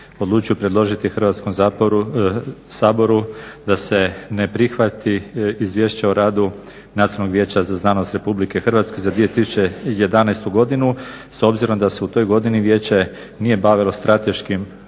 odlučio predložiti Hrvatskom saboru da se ne prihvati Izvješće o radu Nacionalnog vijeća za znanost Republike Hrvatske za 2011. godinu obzirom da se u toj godini Vijeće nije bavilo strateškim